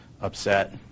upset